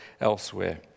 elsewhere